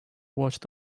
watched